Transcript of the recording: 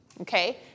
okay